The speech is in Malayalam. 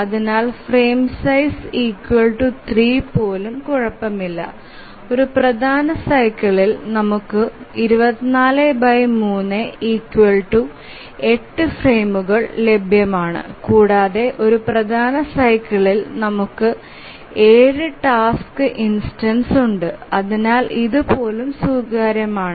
അതിനാൽ ഫ്രെയിം സൈസ് 3 പോലും കുഴപ്പമില്ല ഒരു പ്രധാന സൈക്കിളിൽ നമുക്ക് 243 8 ഫ്രെയിമുകൾ ലഭ്യമാണ് കൂടാതെ ഒരു പ്രധാന സൈക്കിളിൽ നമുക്ക് 7 ടാസ്ക് ഇൻസ്റ്റൻസ്സ് ഉണ്ട് അതിനാൽ ഇത് പോലും സ്വീകാര്യമാണ്